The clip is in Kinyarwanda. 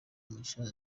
mugisha